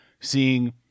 Seeing